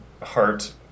heart